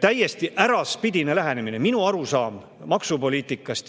Täiesti äraspidine lähenemine. Minu arusaam maksupoliitikast,